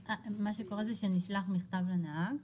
נשלח מכתב לנהג,